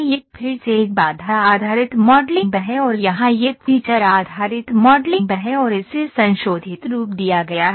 यह फिर से एक कौनट्न आधारित मॉडलिंग है और यहाँ यह फीचर आधारित मॉडलिंग है और इसे संशोधित रूप दिया गया है